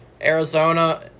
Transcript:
Arizona